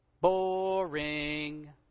boring